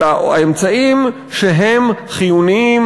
אלא האמצעים שהם חיוניים.